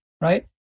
right